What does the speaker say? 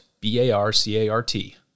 B-A-R-C-A-R-T